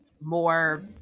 more